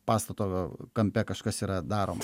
pastato kampe kažkas yra daroma